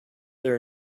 there